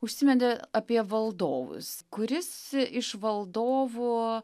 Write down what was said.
užsimeni apie valdovus kuris iš valdovų